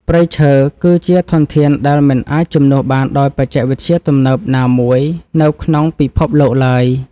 ព្រៃឈើ គឺជាធនធានដែលមិនអាចជំនួសបានដោយបច្ចេកវិទ្យាទំនើបណាមួយនៅក្នុងពិភពលោកឡើយ។